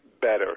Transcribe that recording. better